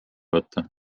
võtta